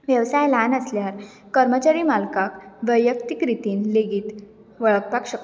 वेवसाय ल्हान आसल्यार कर्मचारी मालकाक वैयक्तीक रितीन लेगीत वळखपाक शकता